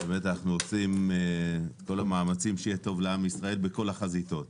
באמת אנחנו עושים את כל המאמצים שיהיה טוב לעם ישראל בכל החזיתות,